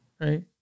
Right